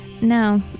No